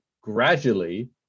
gradually